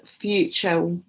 future